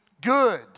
good